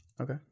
Okay